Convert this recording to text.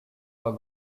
for